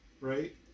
right